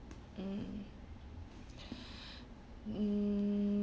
mm mm